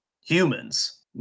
humans